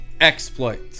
exploits